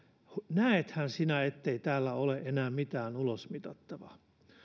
näethän sinä ettei täällä ole enää mitään ulosmitattavaa niin